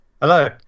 Hello